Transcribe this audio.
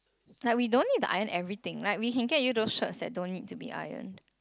like we don't need to iron everything right we can get you those shirts that don't need to be ironed